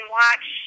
watch